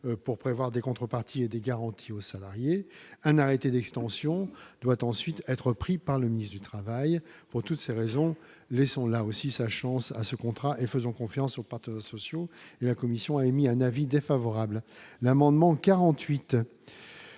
pour prévoir des contreparties et des garanties aux salariés un arrêté d'extension doit ensuite être repris par le ministre du Travail pour toutes ces raisons, laissons là aussi sa chance à ce contrat et faisons confiance aux pattes sociaux et la commission a émis un avis défavorable mais amendement 48